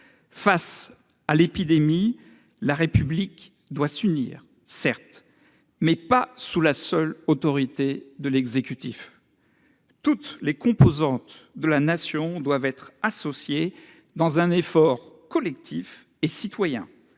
Face à l'épidémie, la République doit s'unir, certes, mais pas sous la seule autorité de l'exécutif. Toutes les composantes de la Nation doivent être associées dans un effort collectif et citoyen.